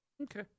Okay